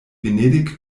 venedig